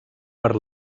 per